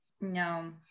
no